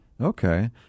Okay